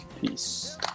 Peace